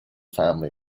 family